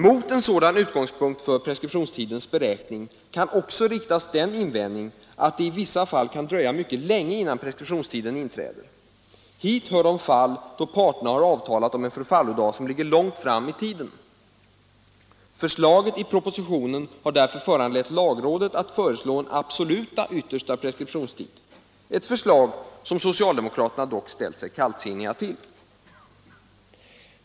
Mot den föreslagna utgångspunkten för preskriptionstidens beräkning kan också riktas den invändningen att det i vissa fall kan dröja mycket länge innan preskriptionstiden inträder. Hit hör de fall då parterna har avtalat om en förfallodag som ligger långt fram i tiden. Förslaget i propositionen har därför föranlett lagrådet att föreslå en absolut yttersta preskriptionstid, ett förslag som dock socialdemokraterna ställt sig kallsinniga inför.